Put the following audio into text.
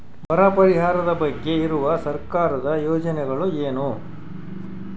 ಬರ ಪರಿಹಾರದ ಬಗ್ಗೆ ಇರುವ ಸರ್ಕಾರದ ಯೋಜನೆಗಳು ಏನು?